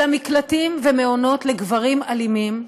אלא מקלטים ומעונות לגברים אלימים,